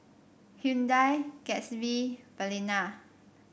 Hyundai Gatsby Balina